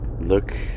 look